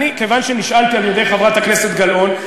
כיוון שנשאלתי על-ידי חברת הכנסת גלאון,